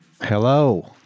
Hello